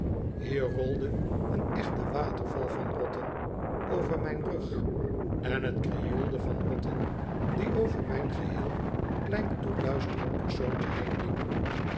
hier rolde een echte waterval van rotten over mjn rug en t krioelde van rotten die over mijn geheel klein toeluisterend persoontje heenliepen